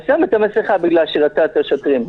אז שמה את המסכה בגלל שראתה את השוטרים,